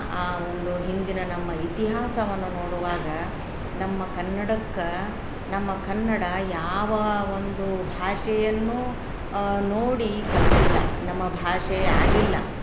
ಆ ಒಂದು ಹಿಂದಿನ ನಮ್ಮ ಇತಿಹಾಸವನ್ನು ನೋಡುವಾಗ ನಮ್ಮ ಕನ್ನಡಕ್ಕೆ ನಮ್ಮ ಕನ್ನಡ ಯಾವ ಒಂದು ಭಾಷೆಯನ್ನೂ ನೋಡಿ ಕಲಿತಿಲ್ಲ ನಮ್ಮ ಭಾಷೆ ಆಗಿಲ್ಲ